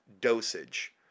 dosage